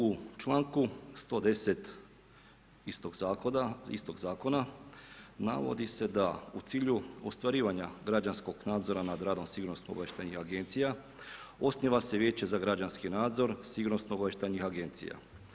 U čl. 110. istog Zakona navodi se da u cilju ostvarivanja građanskog nadzora nad radom sigurnosno-obavještajnih agencija osniva se Vijeće za građanski nadzor sigurnosno-obavještajnih agencija.